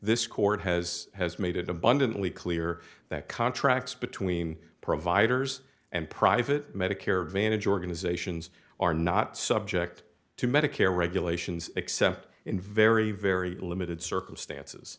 this court has has made it abundantly clear that contracts between providers and private medicare advantage organizations are not subject to medicare regulations except in very very limited circumstances